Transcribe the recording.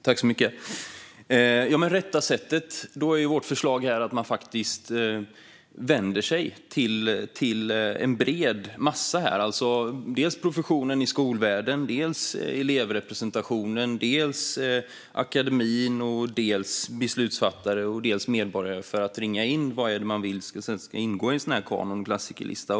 Fru talman! När det gäller det rätta sättet är ju vårt förslag att man faktiskt vänder sig till en bred massa - till professionen i skolvärlden och till elevrepresentationen, liksom till akademin, till beslutsfattare och till medborgare - för att ringa in vad man vill ska ingå i en sådan här kanon eller klassikerlista.